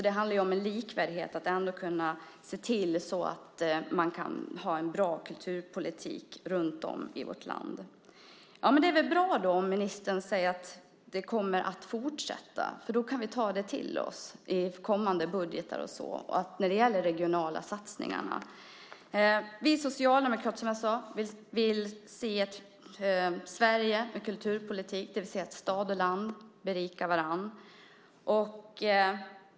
Det handlar om en likvärdighet och att ändå kunna se till så att man kan ha en bra kulturpolitik runt om i vårt land. Det är väl bra då om ministern säger att det kommer att fortsätta, för då kan vi ta det till oss i kommande budgetar när det gäller de regionala satsningarna. Vi socialdemokrater vill, som jag sade, se ett Sverige med en kulturpolitik där stad och land berikar varandra.